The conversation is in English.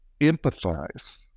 empathize